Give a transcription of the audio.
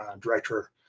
director